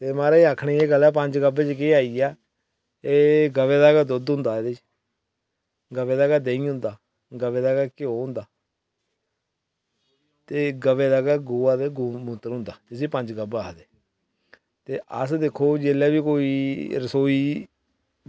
एह् म्हाराज आक्खने दी गल्ल ऐ पंज गब्ब जेह्का आइया एह् गवै दा दुद्ध होंदा एह्दे च गवै दा गै देहीं होंदा गवै दा गै घिओ होंदा ते गवै दा गै गोहा गूंत्र होंदा जिसी पंज गब्ब आक्खदे ते अस दिक्खो जेल्लै बी कोई रसोई